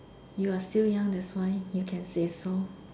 you are still young that's why you can say so